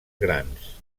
grans